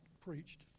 preached